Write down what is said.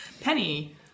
Penny